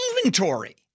inventory